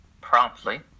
promptly